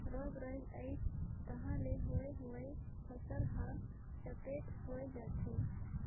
रोग राई अइस तहां ले होए हुवाए फसल हर चैपट होए जाथे